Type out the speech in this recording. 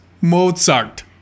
Mozart